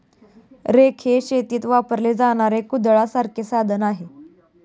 rake हे शेतीत वापरले जाणारे कुदळासारखे साधन आहे